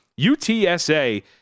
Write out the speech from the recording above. UTSA